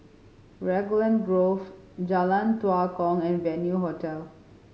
Raglan Grove Jalan Tua Kong and Venue Hotel